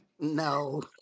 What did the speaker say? No